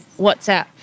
WhatsApp